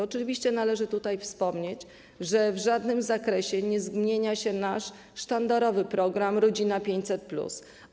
Oczywiście należy tutaj wspomnieć, że w żadnym zakresie nie zmienia się nasz sztandarowy program „Rodzina 500+”